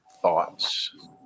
thoughts